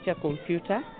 computer